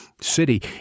city